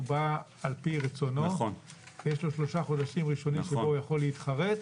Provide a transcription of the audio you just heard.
הוא בא על פי רצונו ויש לו 3 חודשים ראשונים בהם הוא יכול להתחרט.